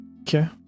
Okay